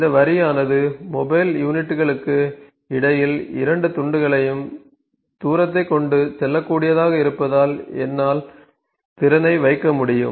இந்த வரியானது மொபைல் யூனிட்டுகளுக்கு இடையில் இரண்டு துண்டுகளையும் தூரத்தையும் கொண்டு செல்லக்கூடியதாக இருப்பதால் என்னால் திறனை வைக்க முடியும்